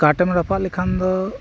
ᱠᱟᱴᱮᱢ ᱨᱟᱯᱟᱜ ᱞᱮᱠᱷᱟᱱ ᱫᱚ